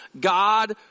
God